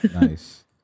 Nice